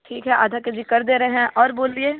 ठीक है आधा के जी कर दे रहे हैं और बोलिए